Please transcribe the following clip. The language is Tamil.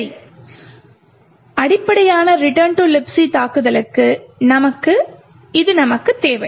சரி எனவே அடிப்படையான Return to Libc தாக்குதலுக்கு இது நமக்குத் தேவை